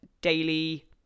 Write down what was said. daily